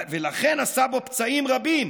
ולכן עשה בו פצעים רבים